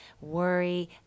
worry